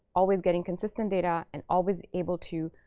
always getting consistent data and always able to